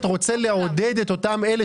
אבל תראה, כשהם ישבו לעשות את החשבון הם